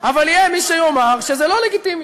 אבל יהיה מי שיאמר שזה לא לגיטימי,